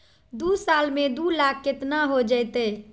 दू साल में दू लाख केतना हो जयते?